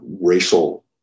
racial